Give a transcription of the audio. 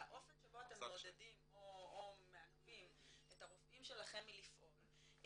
האופן שבו אתם מעודדים או מעכבים את הרופאים שלכם מלפעול היא